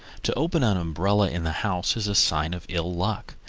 to open an umbrella in the house is a sign of ill luck.